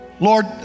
Lord